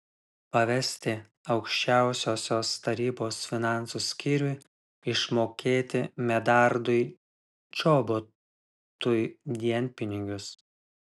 pavesti aukščiausiosios tarybos finansų skyriui išmokėti medardui čobotui dienpinigius